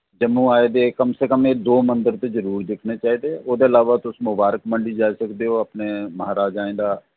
जम्मू आए दे कम्म से कम्म एह् दो मंदर ते जरूर दिक्खने चाहिदे ते ओह्दे बाद तुस मुबारक मंडी जाई सकदे ओ अपने महाराजाएं दा